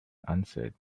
answered